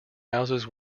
houses